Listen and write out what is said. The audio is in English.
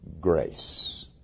grace